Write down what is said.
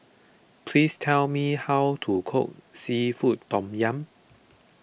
please tell me how to cook Seafood Tom Yum